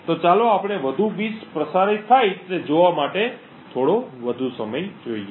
તો ચાલો આપણે વધુ બીટ્સ પ્રસારિત થાય તે જોવા માટે થોડો વધુ સમય જોઈએ